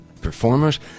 performers